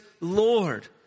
Lord